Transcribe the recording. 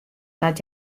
dat